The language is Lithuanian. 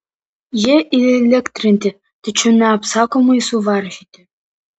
jie įelektrinti tačiau neapsakomai suvaržyti